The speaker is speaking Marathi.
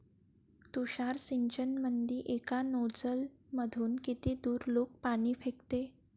तुषार सिंचनमंदी एका नोजल मधून किती दुरलोक पाणी फेकते?